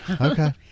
okay